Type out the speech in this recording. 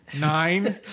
nine